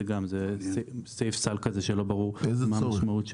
גם זה סעיף סל כזה שלא ברור מה המשמעות שלו.